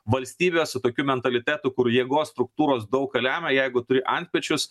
valstybė su tokiu mentalitetu kur jėgos struktūros daug ką lemia jeigu turi antpečius